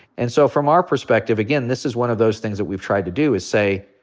and so from our perspective, again, this is one of those things that we've tried to do, is say,